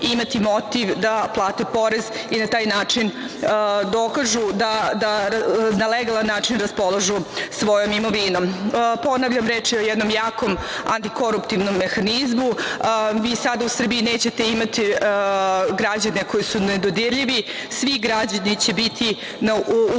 imati motiv da plate porez i na taj način dokažu da na legalan način raspolažu svojom imovinom. Ponavljam reč je o jednom jakom antikoruptivnom mehanizmu. Vi sada u Srbiji nećete imati građane koji su nedodirljivi. Svi građani će biti